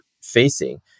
facing